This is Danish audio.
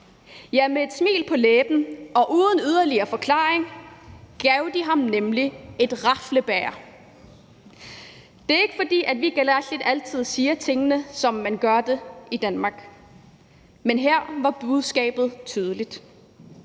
Med et smil på læben og uden yderligere forklaring gav de ham nemlig et raflebæger. Det er ikke, fordi vi kalaallit/inuit altid siger tingene, som man gør det i Danmark, men her var budskabet tydeligt.